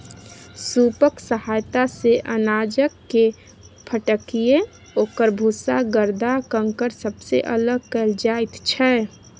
सूपक सहायता सँ अनाजकेँ फटकिकए ओकर भूसा गरदा कंकड़ सबके अलग कएल जाइत छै